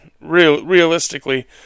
realistically